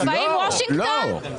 האם וושינגטון?